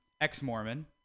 ex-Mormon